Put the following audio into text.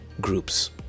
groups